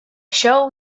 show